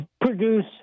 produce